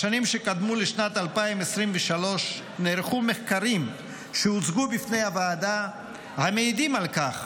בשנים שקדמו לשנת 2023 נערכו מחקרים שהוצגו בפני הוועדה המעידים על כך